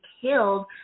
killed